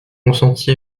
consenti